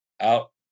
out